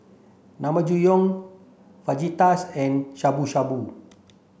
Naengmyeon Fajitas and Shabu Shabu